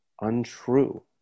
untrue